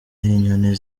inyoni